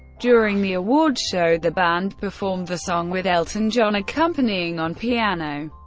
during the awards show, the band performed the song with elton john accompanying on piano.